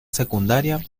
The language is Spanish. secundaria